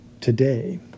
Today